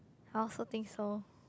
I also think so